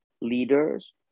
leaders